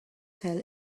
fell